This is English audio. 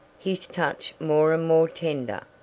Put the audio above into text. his touch more and more tender.